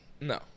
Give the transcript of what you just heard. No